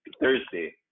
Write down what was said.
Thursday